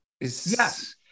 Yes